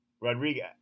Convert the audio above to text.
Rodriguez